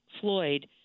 Floyd